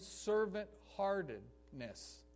servant-heartedness